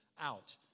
out